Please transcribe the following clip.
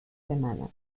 semanas